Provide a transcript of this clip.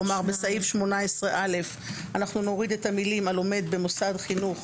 כלומר בסעיף 18א נוריד את המילים "הלומד במוסד חינוך"